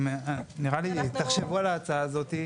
כי אנחנו --- נראה לי שתחשבו על ההצעה הזאת,